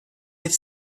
have